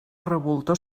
revoltó